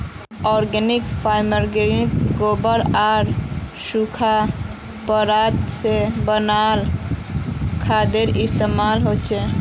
organic फर्मिन्गोत गोबर आर सुखा पत्ता से बनाल खादेर इस्तेमाल होचे